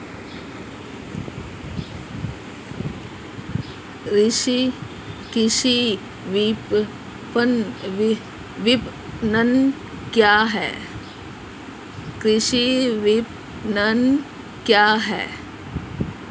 कृषि विपणन क्या है?